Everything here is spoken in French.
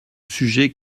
sujet